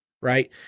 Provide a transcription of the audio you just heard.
right